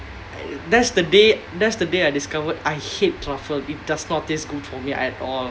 that's the day that's the day I discovered I hate truffle it does not taste good for me at all